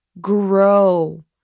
grow